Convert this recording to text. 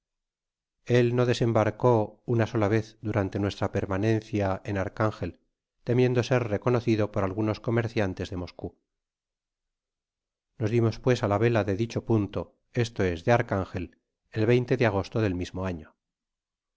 el no desenw barcó una sola vez durante nuestra permanencia en ar changel temiendo ser reconocido por algunos comercian tes de moscou nos dimos pues á la vela de dicho punto esto es de archangel el de agosto del mismo ano